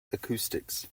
acoustics